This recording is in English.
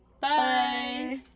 Bye